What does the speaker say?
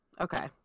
Okay